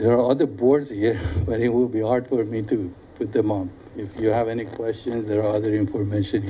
there are the boards here where he will be hard for me to put them on if you have any questions or other information